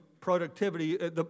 productivity